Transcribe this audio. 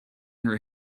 her